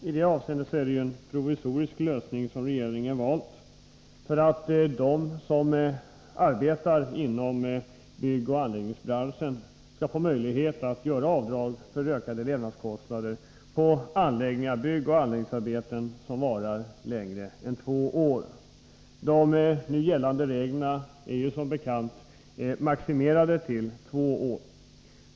I det avseendet är det en provisorisk lösning som regeringen har valt, för att de som arbetar inom byggnadsoch anläggningsbranschen skall få möjlighet att göra avdrag för ökade levnadsomkostnader på byggoch anläggningsarbeten som varar längre än två år. De nu gällande reglerna innehåller som bekant en maxgräns på två år.